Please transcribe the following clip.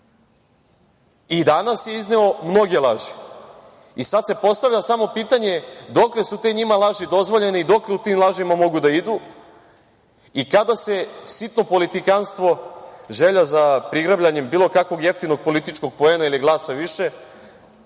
I danas je izneo mnoge laži. Sad se postavlja samo pitanje dokle su te laži njima dozvoljene i dokle u tim lažima mogu da idu i kada se sitno politikantstvo, želja za prigrabljanjem bilo kakvog jeftinog političkog poena ili glasa više,